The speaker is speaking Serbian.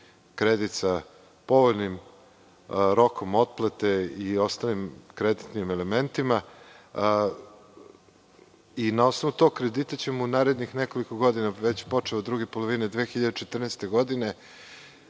kredit sa povoljnim rokom otplate i ostalim kreditnim elementima. Na osnovu tog kredita ćemo u narednih nekoliko godina, već počev od druge polovine 2014. godine,